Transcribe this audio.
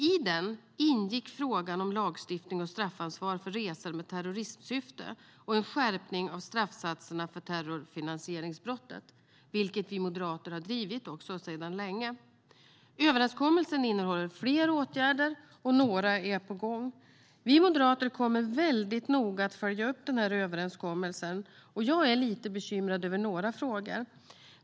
l den ingick frågan om lagstiftning och straffansvar för resor med terrorismsyfte och en skärpning av straffsatserna för terrorfinansieringsbrottet. Detta är något som vi moderater länge har drivit. Överenskommelsen innehåller fler åtgärder, och några är på gång. Vi moderater kommer noga att följa upp överenskommelsen, och jag är lite bekymrad över några frågor.